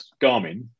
Garmin